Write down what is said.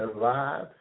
alive